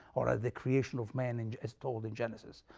or or the creation of man and as told in genesis.